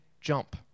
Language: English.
jump